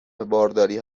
بارداری